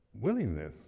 willingness